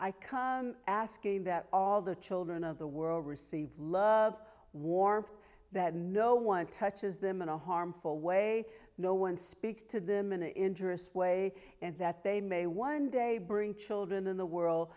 i come asking that all the children of the world receive love war that no one touches them in a harmful way no one speaks to them in an interest way and that they may one day bring children in the world